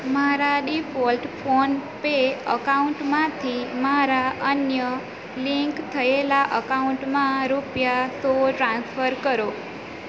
મારા default PhonePe અકાઉન્ટમાંથી મારા અન્ય લિંક થયેલા અકાઉન્ટમાં રૂપિયા સો ટ્રાન્સફર કરો